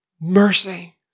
Mercy